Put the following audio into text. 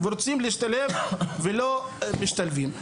הם רוצים להשתלב ולא משתלבים.